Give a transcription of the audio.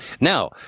Now